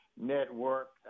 network